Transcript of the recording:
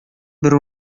бер